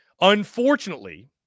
Unfortunately